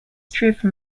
driven